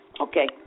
Okay